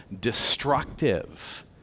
destructive